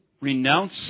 Renounce